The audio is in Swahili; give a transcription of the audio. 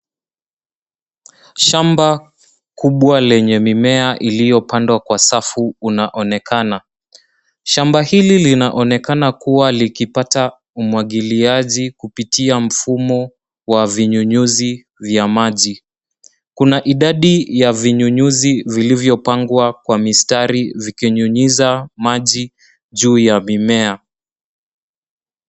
Shamba kubwa lenye mimea iliyopandwa kwa safu unaonekana. Shamba hili linaonekana kuwa likipata umwagiliaji kupitia mfumo wa vinyunyuzi vya maji. Kuna idadi ya vinyunyuzi vilivyopangwa kwa mistari vikinyunyiza maji juu ya mimea.